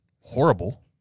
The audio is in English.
horrible